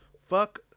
Fuck